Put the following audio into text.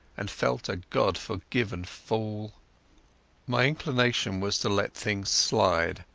and felt a god-forgotten fool. my inclination was to let things slide,